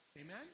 amen